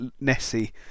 Nessie